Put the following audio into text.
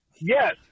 yes